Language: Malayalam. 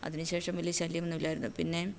അതിനുശേഷം വലിയ ശല്യമൊന്നുമില്ലായിരുന്നു പിന്നെ